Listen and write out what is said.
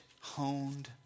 honed